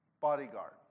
bodyguard